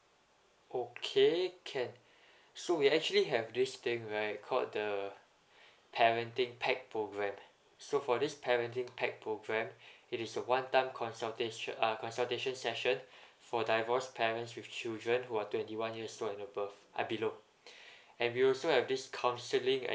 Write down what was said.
okay can so we actually have this thing right called the parenting pack program so for this parenting pack program it is a one time consultation uh consultation session for divorced parents with children who are twenty one years old and above uh below and we also have this counselling and